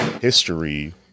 history